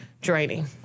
draining